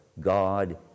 God